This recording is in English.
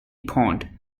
pond